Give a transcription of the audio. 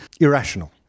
irrational